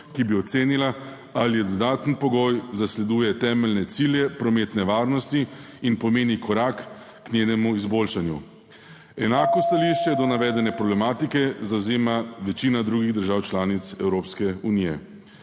ki bi ocenila, ali dodaten pogoj zasleduje temeljne cilje prometne varnosti in pomeni korak k njenemu izboljšanju. Enako stališče do navedene problematike zavzema večina drugih držav članic Evropske unije.